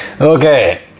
Okay